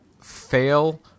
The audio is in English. fail